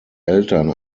eltern